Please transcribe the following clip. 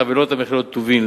חבילות המכילות טובין,